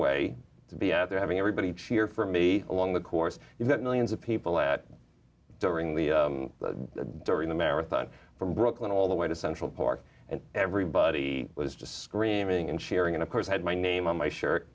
way to be at having everybody cheer for me along the course you've got millions of people that during the during the marathon from brooklyn all the way to central park and everybody was just screaming and cheering and of course had my name on my shirt